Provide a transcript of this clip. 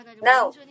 Now